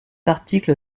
article